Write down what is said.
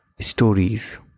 stories